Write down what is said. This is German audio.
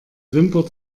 wimper